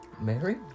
Mary